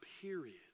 period